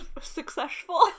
successful